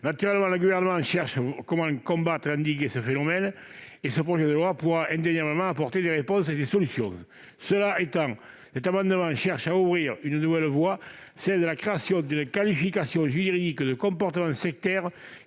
Naturellement, les gouvernements cherchent comment combattre et endiguer un tel phénomène. Ce projet de loi pourra indéniablement apporter des réponses et des solutions. Par cet amendement, nous cherchons à ouvrir une nouvelle voie, celle de la création d'une qualification juridique de « comportement sectaire